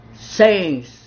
sayings